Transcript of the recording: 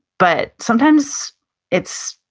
but sometimes it's,